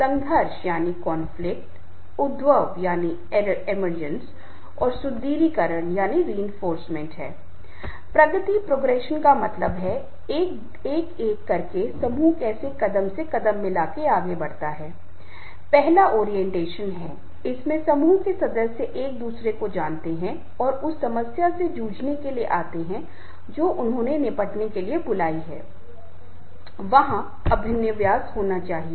तो ये बातें बहुत महत्वपूर्ण हैं अच्छा नेता कैसे प्रेरित कर सकता है मूलमंत्र एक व्यक्ति कह सकता है कि सबसे पहले उसे दूसरों को प्रेरित करने के लिए एक अच्छा संचारक होना चाहिए उसे दूसरों को प्रेरित करने के लिए एक अच्छा श्रोता होना चाहिए उसे दूसरों के प्रति सहानुभूति रखनी चाहिए